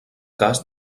cas